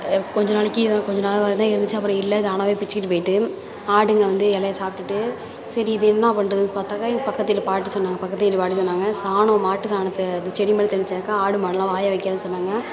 கொஞ்சம் நாளைக்கு இதாக கொஞ்சம் நாளாகதான் இருந்துச்சு அப்புறம் இல்லை தானாகவே பிச்சுக்கிட்டு போயிட்டு ஆடுங்க வந்து இலைய சாப்பிடுட்டு சரி இதை என்னா பண்ணுறதுன்னு பார்த்தாக்கா எங்கள் பக்கத்து வீட்டில் பாட்டி சொன்னாங்க பக்கத்து வீட்டு பாட்டி சொன்னாங்க சாணம் மாட்டு சாணத்தை அந்த செடி முன்னாடி தெளிச்சாக்க ஆடு மாடெல்லாம் வாயை வைக்காதுன்னு சொன்னாங்க